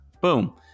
Boom